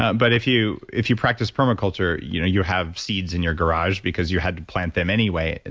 ah but if you if you practice permaculture, you know you have seeds in your garage because you had to plant them anyway, and